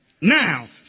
Now